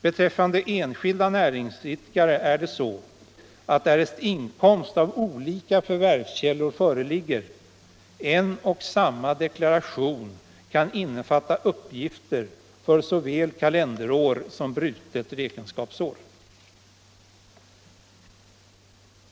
Beträffande enskilda näringsidkare är det så, att därest inkomst av olika förvärvskällor föreligger kan en och samma deklaration innefatta uppgifter för såväl kalenderår som brutet räkenskapsår.